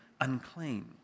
unclean